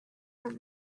from